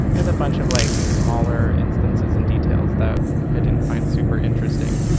with a bunch of like smaller instances and details that i didn't find super interesting.